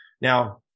Now